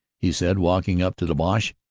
he said walking up to the boche.